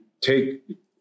take